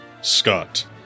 Scott